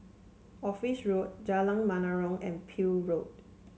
Office Road Jalan Menarong and Peel Road